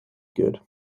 good